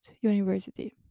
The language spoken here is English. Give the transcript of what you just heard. university